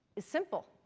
is simple.